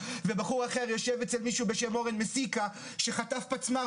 ובחור אחר יושב אצל מישהו אחר בשם אורן מסיקה שחטף פצמ"ר